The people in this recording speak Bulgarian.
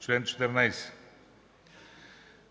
Чл. 14.